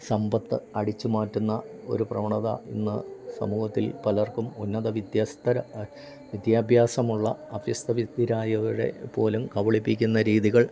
സമ്പത്ത് അടിച്ച് മാറ്റുന്ന ഒരു പ്രവണത ഇന്ന് സമൂഹത്തിൽ പലർക്കും ഉന്നത വിദ്യാസ്തര വിദ്യാഭ്യാസമുള്ള അഭ്യസ്ത വിദ്യരായയുടെ പോലും കബളിപ്പിക്കുന്ന രീതികൾ